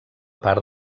part